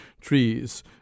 trees